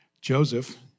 Joseph